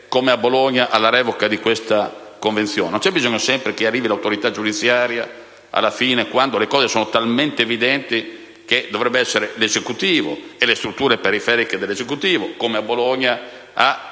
come a Bologna, alla revoca di questa convenzione. Non c'è sempre bisogno che arrivi l'autorità giudiziaria alla fine, quando le cose sono ormai evidenti; dovrebbe essere l'Esecutivo e le sue strutture periferiche, come a Bologna, a